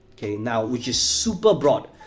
okay, now, which is super-broad.